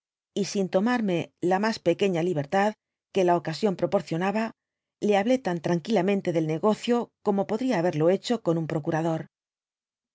y sin tomarme la mas pequeña libertad que la ocasión proporcionaba le hablé tan tranquilamente del negocio como podría haberlo hecho con un procurador